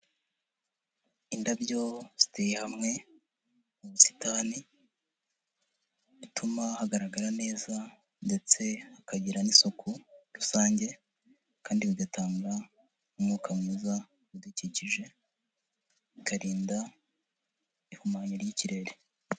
Indabyo ziteye hamwe mu busitani bituma hagaragara neza ndetse hakagira n'isuku rusange kandi bigatanga umwuka mwiza udukikije, bikarinda ihumanya ry'ikirere.